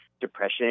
depression